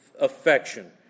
affection